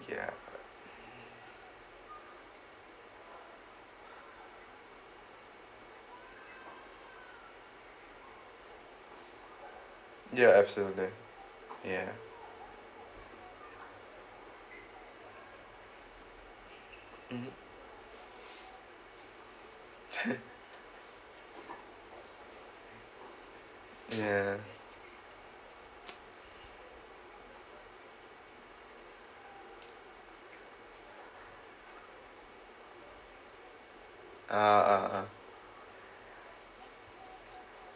ya ya absolutely ya mmhmm ya ah ah ah